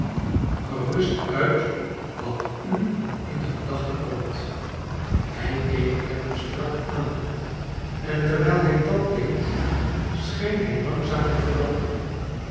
gerust uit wat u in de gedachte komt hij keek clennam strak aan en terwijl hij dat deed scheen hij langzaam te veranderen